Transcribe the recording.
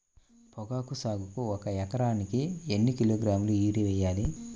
పొగాకు సాగుకు ఒక ఎకరానికి ఎన్ని కిలోగ్రాముల యూరియా వేయాలి?